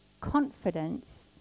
confidence